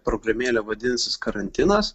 programėlė vadinsis karantinas